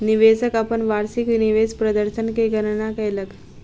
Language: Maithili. निवेशक अपन वार्षिक निवेश प्रदर्शन के गणना कयलक